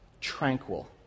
tranquil